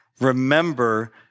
remember